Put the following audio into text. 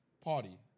party